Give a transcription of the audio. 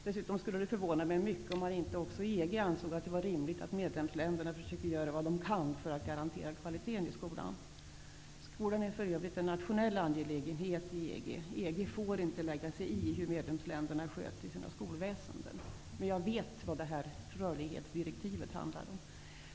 Dessutom skulle det förvåna mig mycket om man inte också i EG anser det vara rimligt att medlemsländerna försöker göra vad de kan för att garantera kvaliteten i skolan. Skolan är för övrigt en nationell angelägenhet i EG. EG får inte lägga sig i hur medlemsländerna sköter sina skolväsenden. Men jag vet vad rörlighetsdirektivet handlar om.